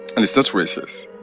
and it's less racist